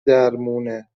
درمونه